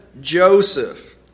Joseph